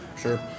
Sure